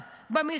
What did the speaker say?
בבית.